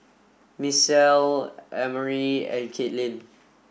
Misael Emery and Katelyn